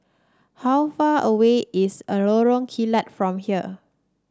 how far away is a Lorong Kilat from here